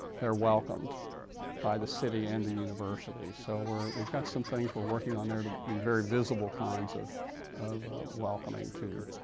they're welcomed by the city and the university, so we've got some things we're working on there to be very visible kinds of of welcoming to